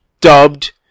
dubbed